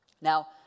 Now